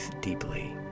deeply